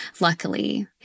luckily